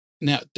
Now